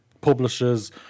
publishers